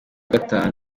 gatanu